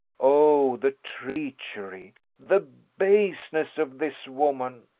oh, the treachery, the baseness of this woman!